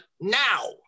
now